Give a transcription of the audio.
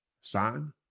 Sign